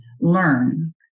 learn